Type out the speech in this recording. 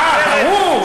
אה, ברור.